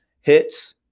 hits